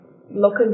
looking